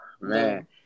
man